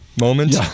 moment